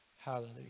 Hallelujah